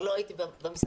כבר לא הייתי במשרד.